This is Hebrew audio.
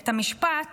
את המשפט